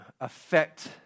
affect